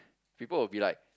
people will be like